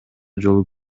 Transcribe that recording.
жолу